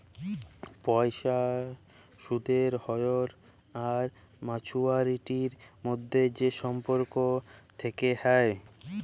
পয়সার সুদের হ্য়র আর মাছুয়ারিটির মধ্যে যে সম্পর্ক থেক্যে হ্যয়